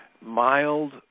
mild